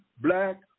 black